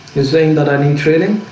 you saying that i need training?